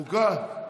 חוקה?